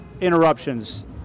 interruptions